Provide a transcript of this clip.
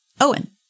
Owen